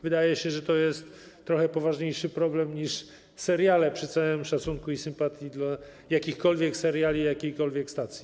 Wydaje się, że to jest trochę poważniejszy problem niż seriale, przy całym szacunku i sympatii dla jakichkolwiek seriali jakiejkolwiek stacji.